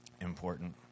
important